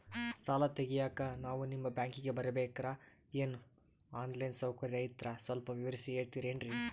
ಸಾಲ ತೆಗಿಯೋಕಾ ನಾವು ನಿಮ್ಮ ಬ್ಯಾಂಕಿಗೆ ಬರಬೇಕ್ರ ಏನು ಆನ್ ಲೈನ್ ಸೌಕರ್ಯ ಐತ್ರ ಸ್ವಲ್ಪ ವಿವರಿಸಿ ಹೇಳ್ತಿರೆನ್ರಿ?